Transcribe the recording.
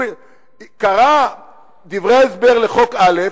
קרא דברי הסבר לחוק א',